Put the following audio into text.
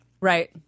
right